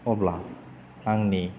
अब्ला आंनि